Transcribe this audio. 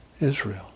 Israel